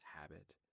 habit